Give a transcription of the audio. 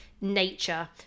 nature